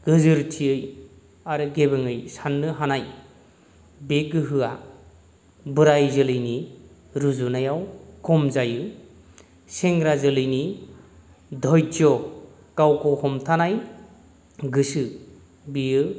गोजोरथियै आरो गेबेङै साननो हानाय बे गोहोआ बोराइ जोलैनि रुजुनायाव खम जायो सेंग्रा जोलैनि धयज' गावखौ हमथानाय गोसो बेयो